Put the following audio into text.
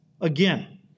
again